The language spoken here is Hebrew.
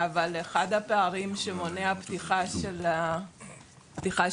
אבל אחד הפערים שמונע פתיחה של מסגרות